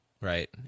right